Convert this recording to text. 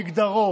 מגדרו,